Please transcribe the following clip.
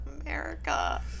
America